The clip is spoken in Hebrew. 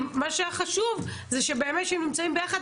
מה שהיה חשוב זה שבאמת כשהם נמצאים ביחד